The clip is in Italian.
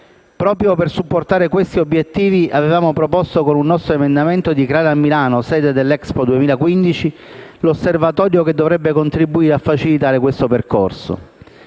Proprio per supportare questi obiettivi, avevamo proposto, con un nostro emendamento, di creare a Milano, sede dell'Expo 2015, l'osservatorio che dovrebbe contribuire a facilitare questo percorso.